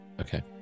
Okay